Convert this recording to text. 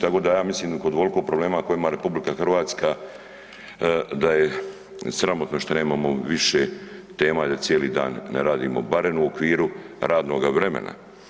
Tako da ja mislim oko ovoliko problema u kojima je RH da je sramotno što nemamo više tema i da cijeli dan ne radimo barem u okviru radnoga vremena.